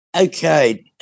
Okay